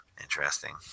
Interesting